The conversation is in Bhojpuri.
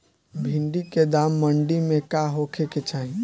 भिन्डी के दाम मंडी मे का होखे के चाही?